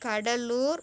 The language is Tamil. கடலூர்